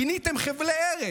פיניתם חבלי ארץ.